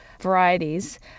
varieties